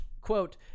quote